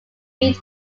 lead